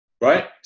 right